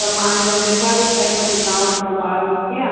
त मां अइन निर्धारित टाइम ते तव्हां वटि उहो ॿार मोकिलिया